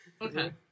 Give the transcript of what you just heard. Okay